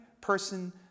person